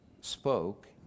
spoke